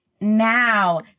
now